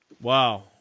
Wow